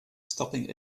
stopping